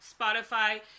Spotify